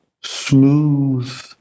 smooth